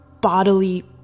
bodily